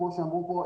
כמו שאמרו כאן,